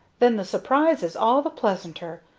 then the surprise is all the pleasanter.